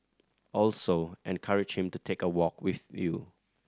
also encourage him to take a walk with you